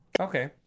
Okay